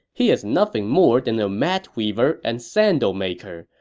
he is nothing more than a mat weaver and sandal maker,